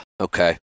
okay